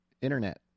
internet